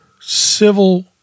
civil